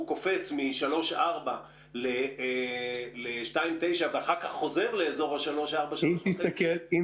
קופץ מ-3.4% ל-2.9% ואחר כך חוזר ל-3.4% --- אדוני היושב-ראש,